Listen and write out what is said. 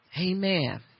Amen